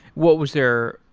what was their